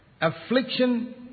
affliction